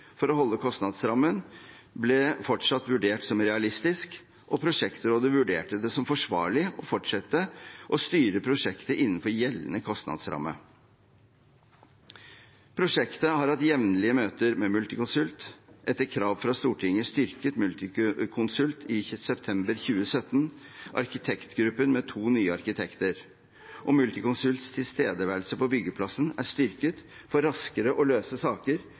for å holde kostnadsrammen ble fortsatt vurdert som realistisk, og prosjektrådet vurderte det som forsvarlig fortsatt å styre prosjektet innenfor gjeldende kostnadsramme. Prosjektet har hatt jevnlige møter med Multiconsult. Etter krav fra Stortinget styrket Multiconsult i september 2017 arkitektgruppen med to nye arkitekter. Også Multiconsults tilstedeværelse på byggeplassen er styrket for raskere å løse saker